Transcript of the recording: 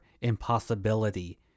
impossibility